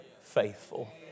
faithful